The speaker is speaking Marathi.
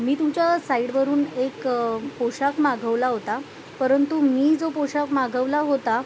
मी तुमच्या साईडवरून एक पोशाख मागवला होता परंतु मी जो पोशाख मागवला होता